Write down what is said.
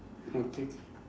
okay